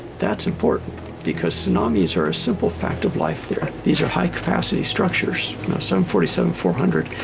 that's important because tsunamis are a simple fact of life there. these are high capacity structures so forty seven four hundred,